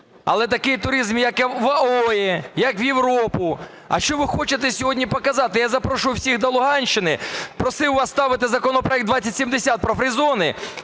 але такий туризм, як в ОАЕ, як в Європу. А що ви хочете сьогодні показати? Я запрошую всіх до Луганщини, просив залишити законопроект 2070 про free зони